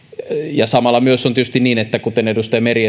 ja samalla myös on tietysti niin kuten esimerkiksi edustaja meri